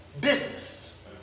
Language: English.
business